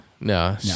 no